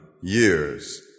years